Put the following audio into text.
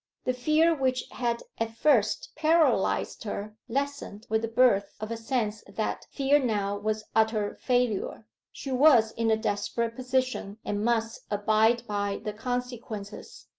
the fear which had at first paralyzed her lessened with the birth of a sense that fear now was utter failure she was in a desperate position and must abide by the consequences.